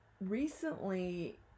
recently